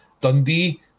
Dundee